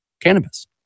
cannabis